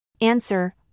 Answer